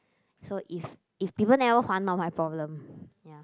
so if if people never 还 not my problem ya